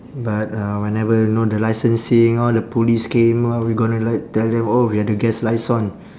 but uh whenever you know the licensing all the police came uh we gonna like tell them oh we are the guest liaison